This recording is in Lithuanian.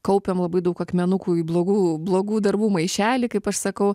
kaupiam labai daug akmenukų į blogų blogų darbų maišelį kaip aš sakau